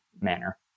manner